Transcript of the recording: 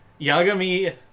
Yagami